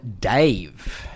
dave